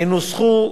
ינוסחו.